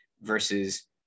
versus